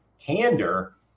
candor